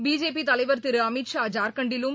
பிஜேபிதலைவர் திருஅமித் ஷா ஜார்க்கண்ட்டிலும்